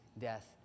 death